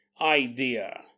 idea